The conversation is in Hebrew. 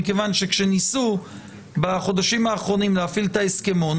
מכיוון שכאשר ניסו בחודשים האחרונים להפעיל את ההסכמון,